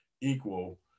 equal